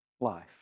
life